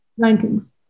rankings